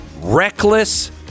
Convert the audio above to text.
reckless